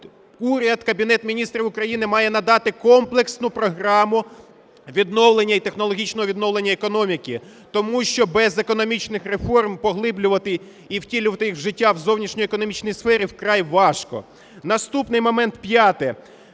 уряд, Кабінет Міністрів України, має надати комплексну програму відновлення і технологічного відновлення економіки. Тому що без економічних реформ поглиблювати і втілювати їх в життя в зовнішньоекономічній сфері вкрай важко. Наступний момент, п'яте.